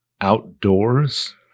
outdoors